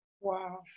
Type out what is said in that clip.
wow